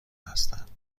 هستند